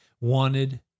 wanted